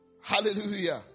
Hallelujah